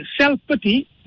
self-pity